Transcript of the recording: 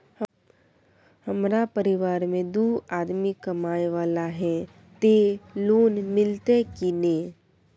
हमरा परिवार में दू आदमी कमाए वाला हे ते लोन मिलते की ने?